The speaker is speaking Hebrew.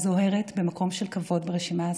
זוהרת במקום של כבוד ברשימה הזאת.